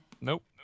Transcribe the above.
Nope